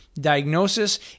diagnosis